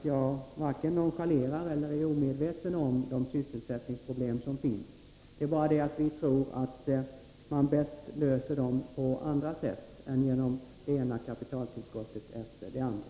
Jag varken nonchalerar eller är omedveten om sysselsättningsproblemen, Karl-Erik Häll, men jag tror att de bäst löses på andra sätt än genom det ena kapitaltillskottet efter det andra.